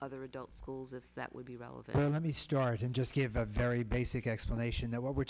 other adult schools that would be relevant let me start and just give a very basic explanation that what we're